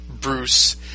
Bruce